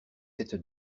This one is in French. cette